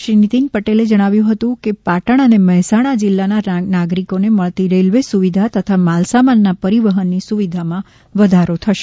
શ્રી નીતીન પટેલે જણાવ્યું હતું કે પાટણ અને મહેસાણા જિલ્લાના નાગરિકોને મળતી રેલવે સુવિધા તથા માલસામાનના પરિવહનની સુવિધામાં વધારો થશે